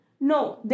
No